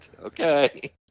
Okay